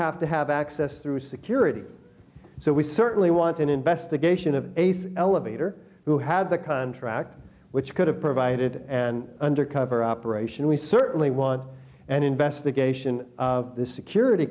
have to have access through security so we certainly want an investigation of ace elevator who had the contract which could have provided an undercover operation we certainly want an investigation of this security